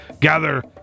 gather